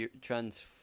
Trans